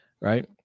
right